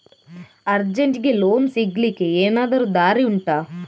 ಅರ್ಜೆಂಟ್ಗೆ ಲೋನ್ ಸಿಗ್ಲಿಕ್ಕೆ ಎನಾದರೂ ದಾರಿ ಉಂಟಾ